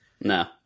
No